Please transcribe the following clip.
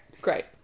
great